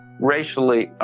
racially